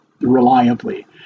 reliably